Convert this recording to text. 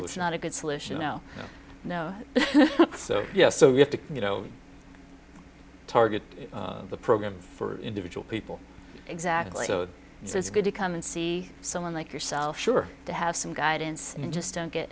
it's not a good solution oh no so yes so you have to you know target the program for individual people exactly so it's good to come and see someone like yourself sure to have some guidance and just don't